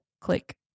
click